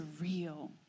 real